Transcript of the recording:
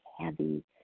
heavy